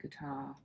guitar